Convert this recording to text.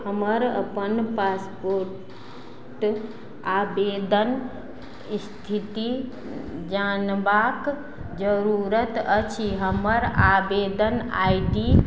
हमर अपन पासपोर्ट आवेदन इस्थिति जनबाक जरूरत अछि हमर आवेदन आइ डी